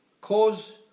Cause